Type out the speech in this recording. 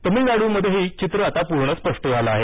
तमिळनाडूमध्येही चित्र आता पूर्ण स्पष्ट झालं आहे